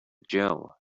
gel